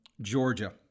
Georgia